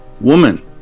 Woman